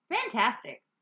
Fantastic